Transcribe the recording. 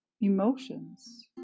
emotions